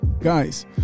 Guys